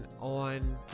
on